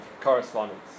correspondence